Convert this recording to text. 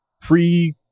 pre